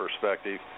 perspective